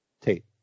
Tate